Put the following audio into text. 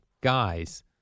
guys